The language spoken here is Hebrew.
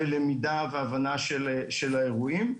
למידה והבנה של האירועים.